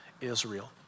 Israel